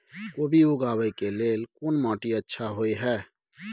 कोबी उगाबै के लेल कोन माटी अच्छा होय है?